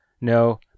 No